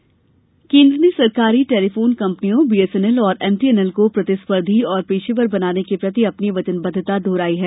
BSNL MTNL केन्द्र ने सरकारी टेलीफोन कम्पनियों बीएसएनएल और एम टीएनएल को प्रतिस्पर्धी और पेशेवर बनाने के प्रति अपनी वचनबद्वता दोहराई है